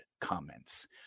comments